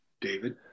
David